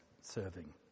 serving